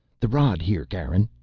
the rod here, garin,